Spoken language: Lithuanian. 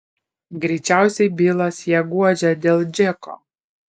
greičiausiai bilas ją guodžia dėl džeko